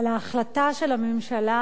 על ההחלטה של הממשלה,